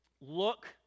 Look